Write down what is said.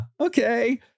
okay